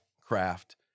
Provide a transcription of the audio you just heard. craft